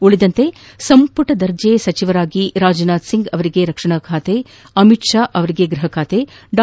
ಉಳಿದಂತೆ ಸಂಪುಟ ಸಚಿವರಾಗಿ ರಾಜನಾಥ್ ಸಿಂಗ್ ಅವರಿಗೆ ರಕ್ಷಣಾ ಖಾತೆ ಅಮಿತ್ ಷಾ ಅವರಿಗೆ ಗೃಹ ಖಾತೆ ಡಾ